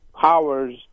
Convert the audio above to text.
powers